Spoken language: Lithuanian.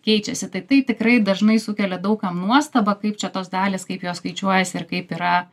keičiasi tai tai tikrai dažnai sukelia daug kam nuostabą kaip čia tos dalys kaip jos skaičiuojasi ir kaip yra